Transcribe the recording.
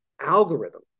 algorithm